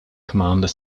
commander